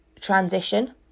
transition